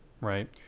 right